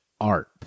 Art